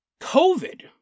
COVID